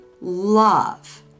love